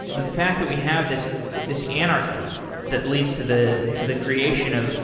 the fact that we have this this anarchy that leads to the to the creation of